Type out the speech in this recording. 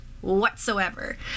whatsoever